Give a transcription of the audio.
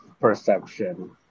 perception